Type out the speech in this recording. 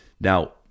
now